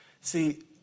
see